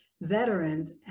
veterans